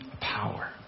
power